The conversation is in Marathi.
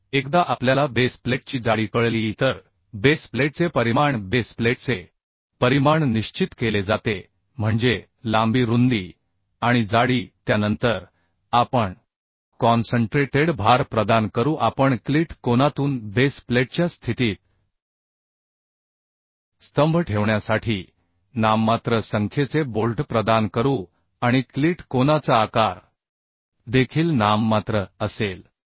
तर एकदा आपल्याला बेस प्लेटची जाडी कळली की तर बेस प्लेटचे परिमाण बेस प्लेटचे परिमाण निश्चित केले जाते म्हणजे लांबी रुंदी आणि जाडी त्यानंतर आपण कॉन्सन्ट्रेटेड भार प्रदान करू आपण क्लीट कोनातून बेस प्लेटच्या स्थितीत स्तंभ ठेवण्यासाठी नाममात्र संख्येचे बोल्ट प्रदान करू आणि क्लीट कोनाचा आकार देखील नाममात्र असेल